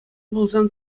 пулсан